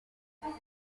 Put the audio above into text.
nka